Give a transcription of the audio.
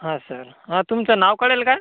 हा सर हा तुमचं नाव कळेल का